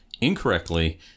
incorrectly